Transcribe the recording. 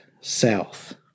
south